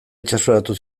itsasoratu